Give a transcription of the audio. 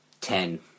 ten